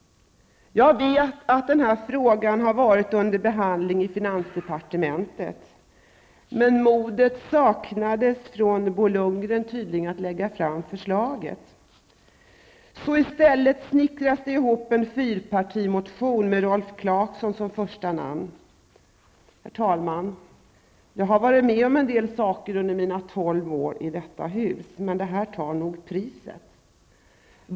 Jag vet att denna fråga har varit under behandling i finansdepartementet, men Bo Lundgren saknade tydligen modet att lägga fram förslaget. I stället snickrades det ihop en fyrpartimotion med Rolf Clarkson som första namn. Herr talman! Mycket har jag varit med om under mina tolv år i detta hus, men detta tar nog priset.